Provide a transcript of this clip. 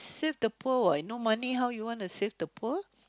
save the poor what no money how you wanna save the poor